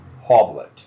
Hoblet